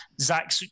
Zach